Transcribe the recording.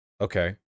Okay